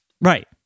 Right